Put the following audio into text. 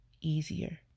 easier